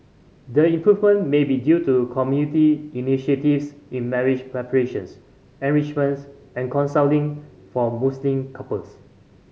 the improvement may be due to community initiatives in marriage preparations enrichments and counselling for Muslim couples